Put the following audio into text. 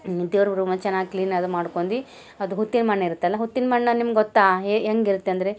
ದೇವ್ರ ರೂಮನ್ನು ಚೆನ್ನಾಗಿ ಕ್ಲೀನ್ ಅದು ಮಾಡ್ಕೊಂಡಿ ಅದು ಹುತ್ತಿನ ಮಣ್ಣು ಇರುತ್ತಲ್ಲ ಹುತ್ತಿನ ಮಣ್ಣನ್ನು ನಿಮ್ಗೆ ಗೊತ್ತಾ ಏ ಹೆಂಗ್ ಇರುತ್ತೆ ಅಂದರೆ